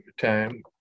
time